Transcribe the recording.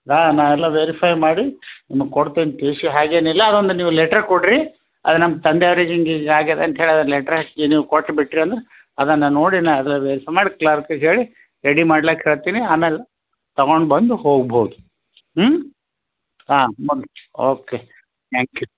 ಹಾಂ ನಾ ಎಲ್ಲ ವೇರಿಫೈ ಮಾಡಿ ನಿಮಗೆ ಕೊಡ್ತೀನಿ ಟಿ ಸಿ ಹಾಗೇನಿಲ್ಲ ಅದು ಒಂದು ನೀವು ಲೆಟ್ರ್ ಕೊಡ್ರಿ ಅದು ನಮ್ಮ ತಂದೆ ಅವ್ರಿಗೆ ಹಿಂಗ್ ಹಿಂಗ್ ಆಗಿದೆ ಅಂತೇಳಿ ಆ ಲೆಟ್ರ್ ಹಚ್ಚಿ ನೀವು ಕೊಟ್ಟುಬಿಟ್ರಿ ಅಂದ್ರೆ ಅದನ್ನು ನೋಡಿ ನಾನು ಅದ್ರ ವಿಚಾರ ಮಾಡಿ ಕ್ಲರ್ಕ್ಗೆ ಹೇಳಿ ರೆಡಿ ಮಾಡ್ಲಕೆ ಹೇಳ್ತೀನಿ ಆಮೇಲೆ ತಗೊಂಡು ಬಂದು ಹೋಗ್ಬೌದು ಹ್ಞೂ ಹಾಂ ಬನ್ನಿ ಓಕೆ ತ್ಯಾಂಕ್ ಯು